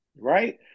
Right